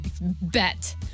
bet